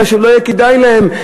כי לא יהיה כדאי להן,